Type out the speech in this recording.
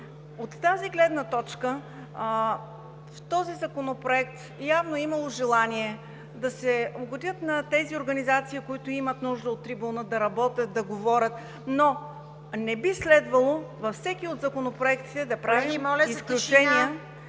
От тази гледна точка с този законопроект явно е имало желание да се угоди на тези организации, които имат нужда от трибуна, да работят, да говорят, но не би следвало във всеки от законопроектите да правим изключения